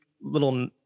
little